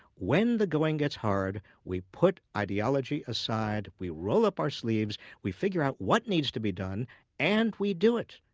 when the going gets hard, we put ideology aside. we roll up our sleeves, we figure out what needs to be done and we do it.